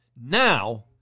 Now